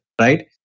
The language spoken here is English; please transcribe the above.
right